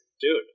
Dude